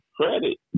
credit